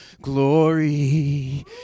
glory